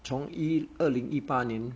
从一二零一八年